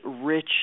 rich